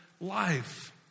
life